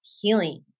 healing